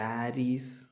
Paris